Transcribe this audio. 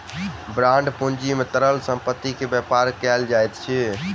bond पूंजी में तरल संपत्ति के व्यापार कयल जाइत अछि